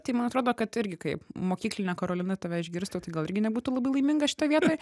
tai man atrodo kad irgi kaip mokyklinė karolina tave išgirstų tai gal irgi nebūtų labai laiminga šitoj vietoj